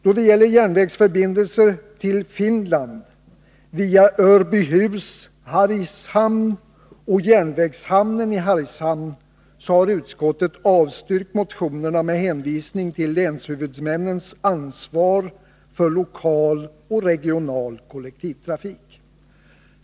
Då det gäller järnvägsförbindelse till Finland via Örbyhus-Hargshamn och järnvägshamnen i Hargshamn har utskottet avstyrkt motionerna med hänvisning till länshuvudmännens ansvar för lokal och regional kollektivtrafik.